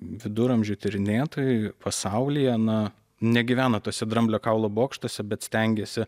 viduramžių tyrinėtojai pasaulyje na negyvena tuose dramblio kaulo bokštuose bet stengiasi